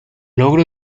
logro